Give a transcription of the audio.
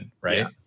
right